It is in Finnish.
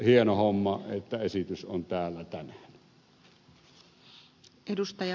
hieno homma että esitys on täällä tänään